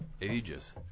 ages